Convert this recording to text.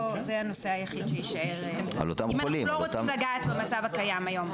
זה הנושא היחיד שיישאר אם אנחנו לא רוצים לגעת במצב הקיים היום.